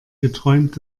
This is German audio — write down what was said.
geträumt